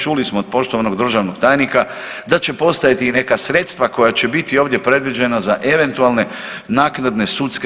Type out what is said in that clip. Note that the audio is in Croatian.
Čuli smo od poštovanog državnog tajnika da će postojati i neka sredstva koja će biti ovdje predviđena za eventualne naknadne sudske